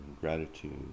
gratitude